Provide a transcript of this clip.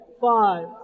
five